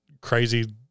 crazy